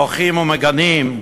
מוחים ומגנים: